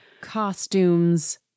costumes